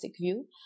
view